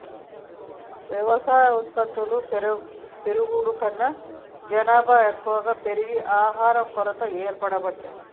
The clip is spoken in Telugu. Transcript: వ్యవసాయ ఉత్పత్తులు పెరుగుడు కన్నా జనాభా ఎక్కువ పెరిగి ఆహారం కొరత ఏర్పడబట్టే